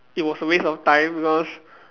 it was a waste of time because